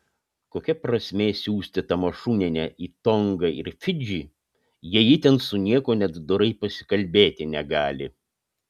kokia prasmė siųsti tamašunienę į tongą ir fidžį jei ji ten su niekuo net dorai pasikalbėti negali